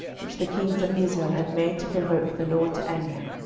which the kings of israel had made to provoke the lord to anger,